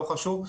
לא חשוב,